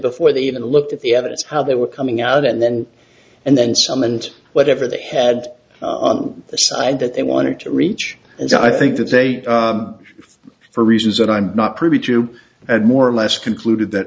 before they even looked at the evidence how they were coming out and then and then some and whatever they had on the side that they wanted to reach and i think that's a if for reasons that i'm not privy to and more or less concluded that